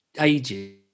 ages